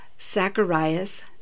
Zacharias